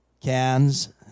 cans